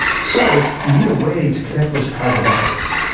so you need a way to connect those private networks.